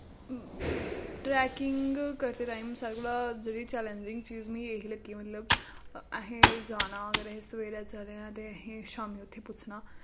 trekking करदे time सारें कोला जरुरी चैलेंजिंग चीज मिगी एह् ही लग्गी मतलव असैं जाना अगर असै सवेरै चलने आं ते असी शाम्मी उत्थै पुज्जना